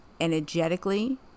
energetically